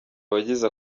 abagize